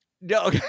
No